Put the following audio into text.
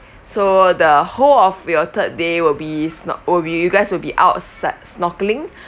so the whole of your third day will be sno~ will be you guys will be outside snorkeling